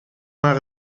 maar